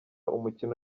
umukino